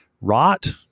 rot